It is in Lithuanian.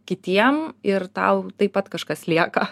kitiem ir tau taip pat kažkas lieka